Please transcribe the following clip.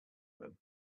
room